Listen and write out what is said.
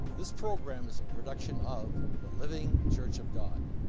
this program is a production of the living church of god.